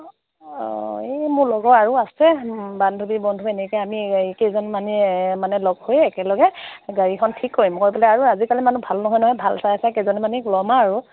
অ এই মোৰ লগৰ আৰু আছে বান্ধৱী বন্ধু এনেকৈ কেইজনমানে মানে লগ হৈ একেলগে গাড়ীখন ঠিক কৰিম কৰি পেলাই আৰু আজি কালি মানে ভাল নহয় নহয় ভাল চাই চাই কেইজনীমানক লম আৰু